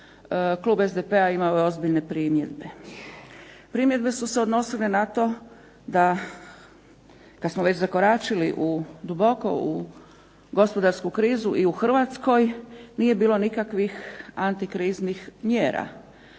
klub SDP-a je imao ozbiljne primjedbe. Primjedbe su se odnosile na to da kada smo već zakoračili duboko u gospodarsku krizu i u Hrvatskoj nije bilo nikakvih antikriznih mjera.